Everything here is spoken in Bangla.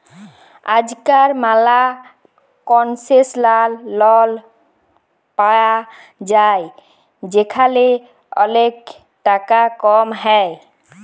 আজকাল ম্যালা কনসেশলাল লল পায়া যায় যেখালে ওলেক টাকা কম হ্যয়